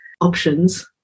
options